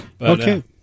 Okay